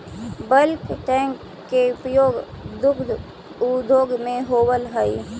bulk tank के उपयोग दुग्ध उद्योग में होवऽ हई